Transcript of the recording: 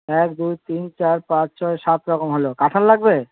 এক দুই তিন চার পাঁচ ছয় সাত রকম হল কাঁঠাল লাগবে